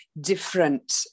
different